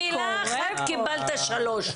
ממילה אחת קיבלת שלוש.